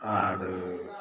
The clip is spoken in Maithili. आर